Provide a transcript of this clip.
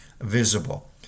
visible